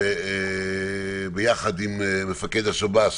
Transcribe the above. וביחד עם מפקד השב"ס